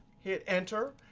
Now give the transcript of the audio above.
hit enter,